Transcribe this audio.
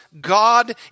God